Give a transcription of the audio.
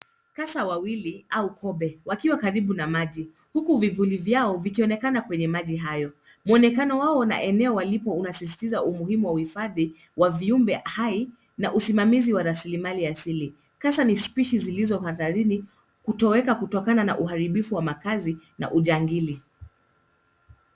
Kasa wawili au kobe wakiwa karibu na maji huku vivuli vyao vikionekana kwenye maji hayo muonekano wao wana eneo walipo unasisitiza umuhimu wa uhifadhi wa viumbe hai na usimamizi wa rasilimali asili. Kasa ni species zilizohadharini kutoweka kutokana na uharibifu wa makazi na ujangili.